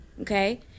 Okay